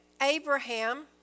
Abraham